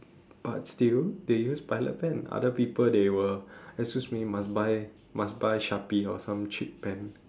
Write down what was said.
but still they use pilot pen other people they will excuse me must buy must buy sharpie or some cheap pen